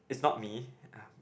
is not me